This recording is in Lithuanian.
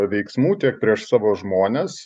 veiksmų tiek prieš savo žmones